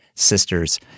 sisters